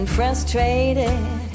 frustrated